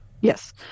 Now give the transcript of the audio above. Yes